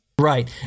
Right